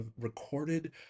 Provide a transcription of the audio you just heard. recorded